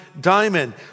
diamond